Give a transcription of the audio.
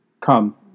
Come